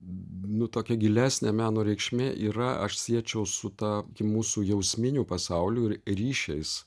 nu tokia gilesnė meno reikšmė yra aš siečiau su ta mūsų jausminiu pasauliu ir ryšiais